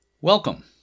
Welcome